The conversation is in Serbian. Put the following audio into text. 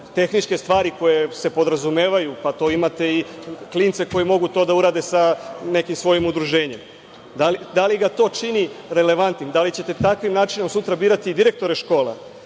tehničke stvari koje se podrazumevaju. Pa, imate i klince koji mogu to da urade sa nekim svojim udruženjem. Da li ga to čini relevantnim, da li ćete takvim načinom sutra birati direktore škola? Zato